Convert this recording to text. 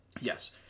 Yes